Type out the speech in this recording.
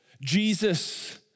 Jesus